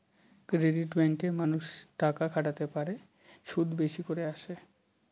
credit ব্যাঙ্কে মানুষ টাকা খাটাতে পারে, সুদ বেশি করে আসে